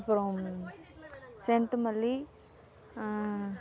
அப்புறம் செண்ட்டு மல்லி